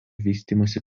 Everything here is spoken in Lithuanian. vystymosi